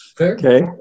Okay